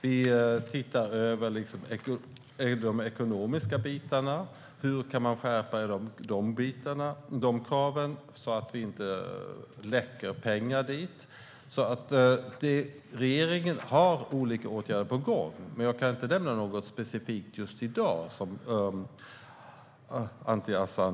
Vi ser även över de ekonomiska bitarna och hur man kan skärpa dessa krav så att vi inte läcker pengar dit. Regeringen har olika åtgärder på gång, men jag kan inte nämna något specifikt just i dag, Anti Avsan.